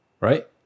right